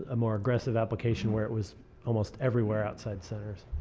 ah more aggressive application where it was almost everywhere outside centers.